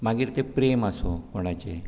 मागीर ते प्रेम आसूं कोणाचेर